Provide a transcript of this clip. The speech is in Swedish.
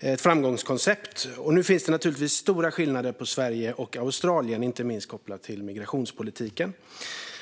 Det är ett framgångskoncept. Nu finns det naturligtvis stora skillnader mellan Sverige och Australien, inte minst kopplat till migrationspolitiken.